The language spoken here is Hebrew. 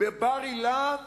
בבר-אילן